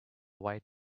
white